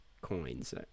Coins